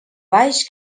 baix